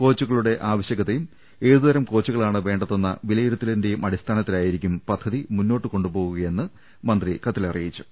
കോച്ചുകളുടെ ആവശ്യകതയും ഏതു തരം കോച്ചുകളാണ് വേണ്ടതെന്ന വിലയിരുത്തലിന്റെയും അടിസ്ഥാനത്തി ലായിരിക്കും പദ്ധതി മുന്നോട്ട് കൊണ്ടുപോവൂകയെന്ന് മന്ത്രി കത്തിൽ അറി യിച്ചു